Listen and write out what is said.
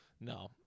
No